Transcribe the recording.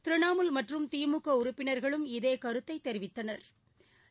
திரிணமூல் மற்றும் திமுகஉறுப்பினா்களும் இதேகருத்தைதெரிவித்தனா்